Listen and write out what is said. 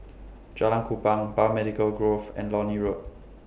Jalan Kupang Biomedical Grove and Lornie Road